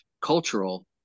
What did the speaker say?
cultural